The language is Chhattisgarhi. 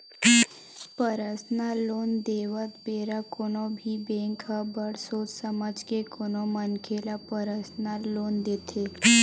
परसनल लोन देवत बेरा कोनो भी बेंक ह बड़ सोच समझ के कोनो मनखे ल परसनल लोन देथे